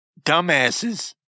dumbasses